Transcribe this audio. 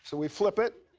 so we flip it.